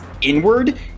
inward